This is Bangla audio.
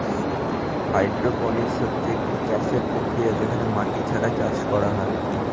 হাইড্রোপনিক্স হচ্ছে একটি চাষের প্রক্রিয়া যেখানে মাটি ছাড়া চাষ করা হয়